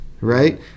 right